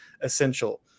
essential